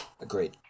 Agreed